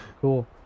Cool